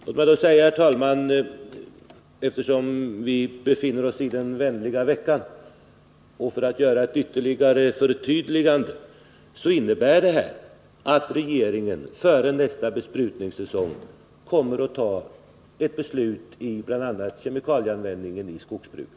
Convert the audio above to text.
Låt mig sedan, herr talman, eftersom vi befinner oss i den vänliga veckan och för att göra ett ytterligare förtydligande, säga att de här beskeden innebär att regeringen före nästa besprutningssäsong kommer att fatta ett beslut om bl.a. kemikalieanvändningen i skogsbruket.